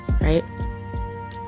right